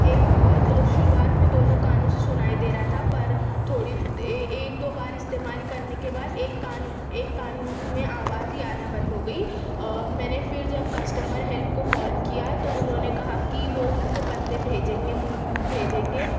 ایک دو شروعات میں دونوں کانوں سے سنائی دے رہا تھا پر تھوڑی ایک دو بار استعمال کرنے کے بعد ایک کان ایک کان میں آواز ہی آنا بند ہو گئی میں نے پھر جب کسٹمر ہیلپ کو کال کیا تو انہوں نے کہا کی وہ ان کے بندے بھیجیں گے بھیجیں گے